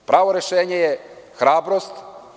Pravo rešenje je hrabrost.